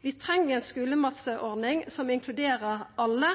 Vi treng ei skulematordning som inkluderer alle.